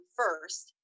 first